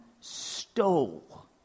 stole